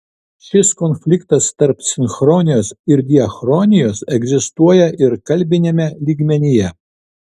šis konfliktas tarp sinchronijos ir diachronijos egzistuoja ir kalbiniame lygmenyje